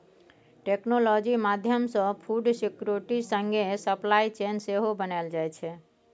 technology माध्यमसँ food security संगे supply chain सेहो बनाएल जाइ छै